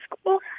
school